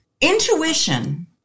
Intuition